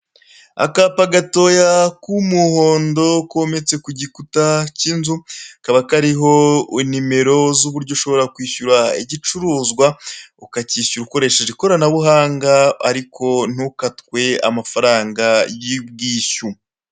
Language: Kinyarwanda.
Akapa gatoya k'umuhondo kometse ku gikuta cy'inzu, kaba kariho inimero z'uburyo ushobora kwishyura igicuruzwa ukakishyura ukoresheje ikoranabuhanga ariko ntukatwe amafaranga y'ubwishyu.